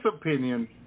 opinion